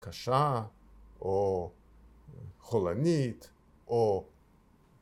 ‫קשה, או חולנית, או...